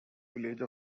village